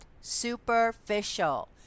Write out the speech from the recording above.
superficial